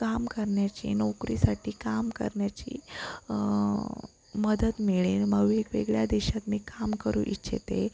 काम करण्याची नोकरीसाठी काम करण्याची मदत मिळेल मग वेगवेगळ्या देशात मी काम करू इच्छिते